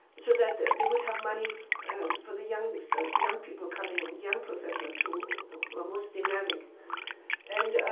so that they would have money for the young so young people coming in. young professors who were most dynamic and